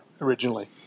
originally